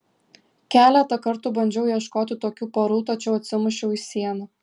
keletą kartų bandžiau ieškoti tokių porų tačiau atsimušiau į sieną